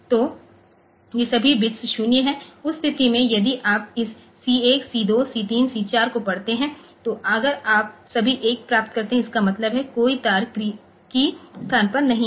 तो ये सभी बिट्स 0 हैं और उस स्थिति में यदि आप इस सी 1 सी 2 सी 3 सी 4 को पढ़ते हैं तो अगर आप सभी 1 प्राप्त करते हैं इसका मतलब है कोई तार कीय स्थान पर नहीं है